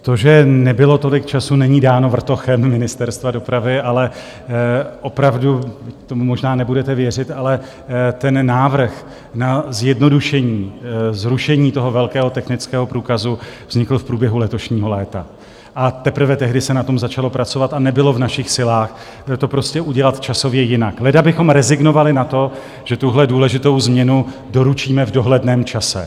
To, že nebylo tolik času, není dáno vrtochem Ministerstva dopravy, ale opravdu tomu možná nebudete věřit, ale ten návrh na zjednodušení, zrušení toho velkého technického průkazu, vznikl v průběhu letošního léta, teprve tehdy se na tom začalo pracovat a nebylo v našich silách to prostě udělat časově jinak, leda bychom rezignovali na to, že tuhle důležitou změnu doručíme v dohledném čase.